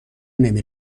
نمی